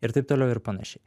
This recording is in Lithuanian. ir taip toliau ir panašiai